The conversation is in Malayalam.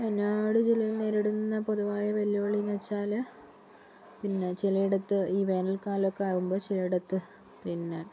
വയനാട് ജില്ല നേരിടുന്ന പൊതുവായ വെല്ലുവിളിയെന്നു വെച്ചാല് പിന്നെ ചിലയിടത്ത് ഈ വേനൽകാലമൊക്കെ ആകുമ്പോൾ ചിലയിടത്ത് പിന്നെ